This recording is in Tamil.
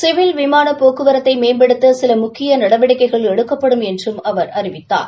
சிவில் விமான போக்குவரத்தை மேம்படுத்த சில முக்கிய நடவடிக்கைகள் எடுக்கப்படும் என்றும் அவர் அறிவித்தார்